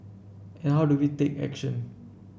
and how do we take action